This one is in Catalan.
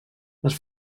les